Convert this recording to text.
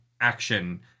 action